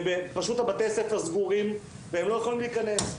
פשוט בתי הספר סגורים והם לא יכולים להיכנס.